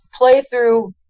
Playthrough